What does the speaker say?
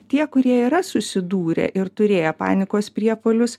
tie kurie yra susidūrę ir turėję panikos priepuolius